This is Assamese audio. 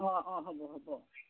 অঁ অঁ হ'ব হ'ব